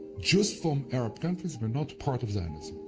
jews from arab countries were not part of zionism.